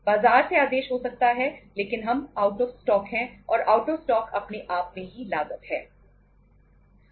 बाजार से आदेश हो सकता है लेकिन हम आउट ऑफ स्टॉक कहा जाता है